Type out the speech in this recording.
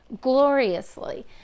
gloriously